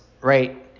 right